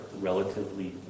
relatively